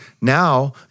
now